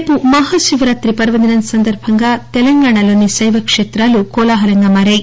రేపు మహాశివరాతి పర్వదినం సందర్భంగా తెలంగాణలోని శైవక్ష్మేతాలు కోలాహలంగా మారాయి